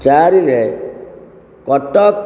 ଚାରିରେ କଟକ